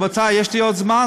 רבותי, יש לי עוד זמן?